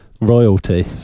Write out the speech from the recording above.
Royalty